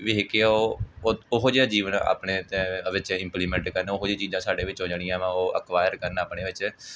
ਵੇਖ ਕੇ ਉਹ ਓ ਉਹੋ ਜਿਹਾ ਜੀਵਨ ਆਪਣੇ ਅਤੇ ਵਿੱਚ ਇੰਪਲੀਮੈਂਟ ਕਰਨ ਉਹੋ ਜਿਹੀਆਂ ਚੀਜ਼ਾਂ ਸਾਡੇ ਵਿੱਚ ਹੋ ਜਾਣੀਆਂ ਵਾ ਉਹ ਅਕਵਾਇਰ ਕਰਨ ਆਪਣੇ ਵਿੱਚ